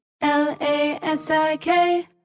L-A-S-I-K